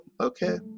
Okay